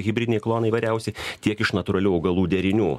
hibridiniai klonai įvairiausi tiek iš natūralių augalų derinių